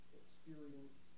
experience